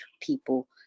people